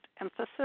emphasis